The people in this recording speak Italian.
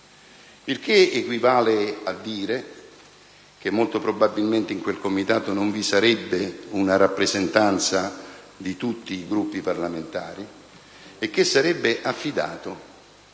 il che equivale a dire che molto probabilmente in quel Comitato non vi sarebbe una rappresentanza di tutti i Gruppi parlamentari, e che sarebbe affidato